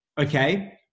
okay